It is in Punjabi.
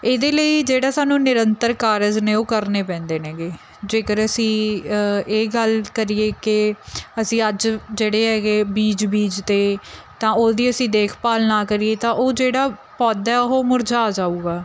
ਇਹਦੇ ਲਈ ਜਿਹੜਾ ਸਾਨੂੰ ਨਿਰੰਤਰ ਕਾਰਜ ਨੇ ਉਹ ਕਰਨੇ ਪੈਂਦੇ ਨੇਗੇ ਜੇਕਰ ਅਸੀਂ ਇਹ ਗੱਲ ਕਰੀਏ ਕਿ ਅਸੀਂ ਅੱਜ ਜਿਹੜੇ ਹੈਗੇ ਬੀਜ ਬੀਜਤੇ ਤਾਂ ਉਹਦੀ ਅਸੀਂ ਦੇਖਭਾਲ ਨਾ ਕਰੀਏ ਤਾਂ ਉਹ ਜਿਹੜਾ ਪੌਦਾ ਉਹ ਮੁਰਝਾ ਜਾਊਗਾ